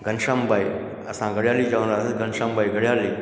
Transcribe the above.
घनश्याम भाई असां घड़ियाली चोंदा हुआसीं घनश्याम भाई घड़ियाली